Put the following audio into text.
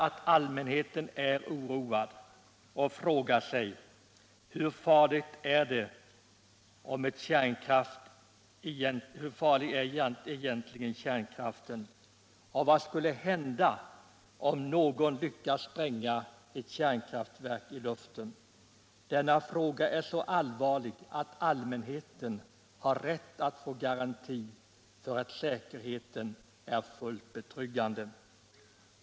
Allmänheten är oroad och frågar sig: Hur farlig är egentligen kärnkraften? Och vad skulle hända om någon lyckades spränga ett kärnkraftverk i luften? Denna fråga är så allvarlig att allmänheten har rätt att få garanti för att säkerheten är fullt betryggande.